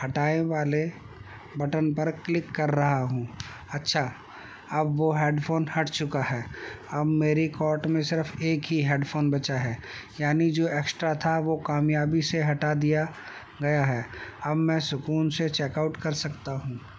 ہٹائے والے بٹن پر کلک کر رہا ہوں اچھا اب وہ ہیڈ فون ہٹ چکا ہے اب میری کٹ میں صرف ایک ہی ہیڈ فون بچا ہے یعنی جو ایکسٹرا تھا وہ کامیابی سے ہٹا دیا گیا ہے اب میں سکون سے چیک آؤٹ کر سکتا ہوں